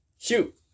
Shoot